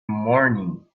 morning